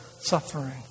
suffering